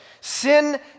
Sin